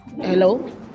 Hello